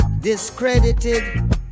Discredited